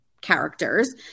characters